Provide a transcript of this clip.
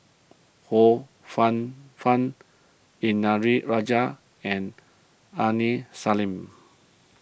Ho Fun Fun Indranee Rajah and Aini Salim